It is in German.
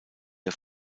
der